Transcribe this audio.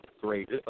great